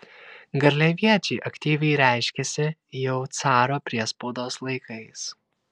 garliaviečiai aktyviai reiškėsi jau caro priespaudos laikais